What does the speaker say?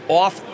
off